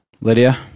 Lydia